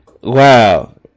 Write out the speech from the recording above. Wow